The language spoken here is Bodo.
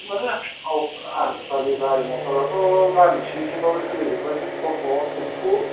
औ आजि खालि गारि मथरआथ' गामि सिं सिं बाबो सोलिजोबबाय बिदिनो टथ' थेमफु